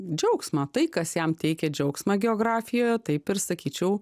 džiaugsmą tai kas jam teikia džiaugsmą geografijoje taip ir sakyčiau